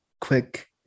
quick